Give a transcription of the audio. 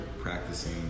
practicing